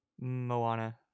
Moana